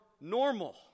normal